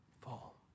fall